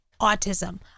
autism